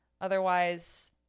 Otherwise